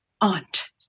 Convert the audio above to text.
aunt